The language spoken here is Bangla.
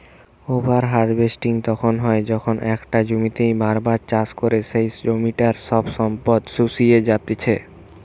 ওভার হার্ভেস্টিং তখন হয় যখন একটা জমিতেই বার বার চাষ করে সেই জমিটার সব সম্পদ শুষিয়ে জাত্ছে